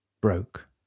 broke